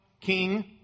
king